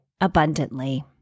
abundantly